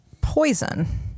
poison